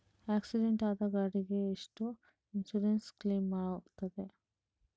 Accident ಆದ ಗಾಡಿಗೆ ಎಷ್ಟು ಇನ್ಸೂರೆನ್ಸ್ ಕ್ಲೇಮ್ ಆಗ್ತದೆ?